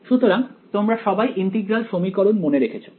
সুতরাং তোমরা সবাই ইন্টিগ্রাল সমীকরণ মনে রেখেছো